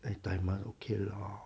哎戴 mask okay lah hor